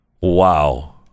wow